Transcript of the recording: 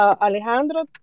Alejandro